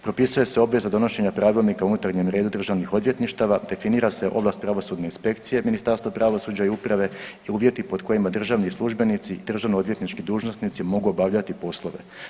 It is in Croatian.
Propisuje se obveza donošenja pravilnika o unutarnjem redu državnih odvjetništava, definira se ovlast pravosudne inspekcije Ministarstva pravosuđa i uprave i uvjeti pod kojima državni službenici i državnoodvjetnički dužnosnici mogu obavljati poslove.